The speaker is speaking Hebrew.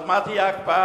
אז מה תהיה ההקפאה,